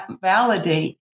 validate